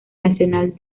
nacional